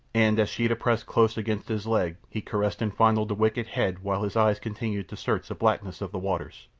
and as sheeta pressed close against his leg he caressed and fondled the wicked head while his eyes continued to search the blackness of the waters.